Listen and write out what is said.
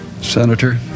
Senator